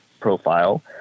profile